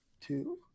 two